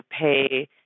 pay